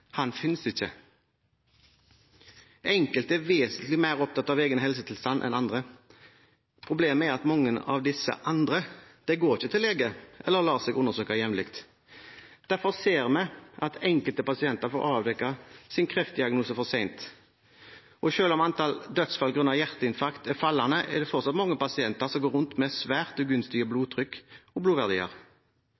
ikke finnes. Enkelte er vesentlig mer opptatt av egen helsetilstand enn andre. Problemet er at mange av disse andre ikke går til lege eller lar seg undersøke jevnlig. Derfor ser vi at enkelte pasienter får stilt sin kreftdiagnose for sent, og selv om antall dødsfall på grunn av hjerteinfarkt er fallende, er det fortsatt mange pasienter som går rundt med svært